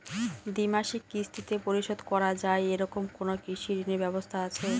দ্বিমাসিক কিস্তিতে পরিশোধ করা য়ায় এরকম কোনো কৃষি ঋণের ব্যবস্থা আছে?